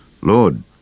Lord